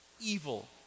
evil